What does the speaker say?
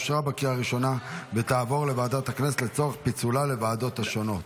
אושרה בקריאה ראשונה ותעבור לוועדת הכנסת לצורך פיצולה לוועדות השונות.